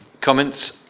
comments